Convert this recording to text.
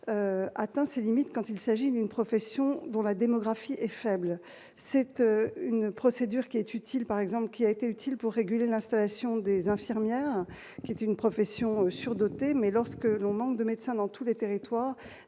atteint ses limites quand il s'agit d'une profession dont la démographie est faible, c'était une procédure qui est utile, par exemple, qui a été utile pour réguler l'installation des infirmières qui était une profession surdotées mais lorsque l'on manque de médecins dans tous les territoires,